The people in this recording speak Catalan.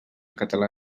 català